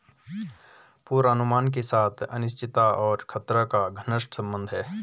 पूर्वानुमान के साथ अनिश्चितता और खतरा का घनिष्ट संबंध है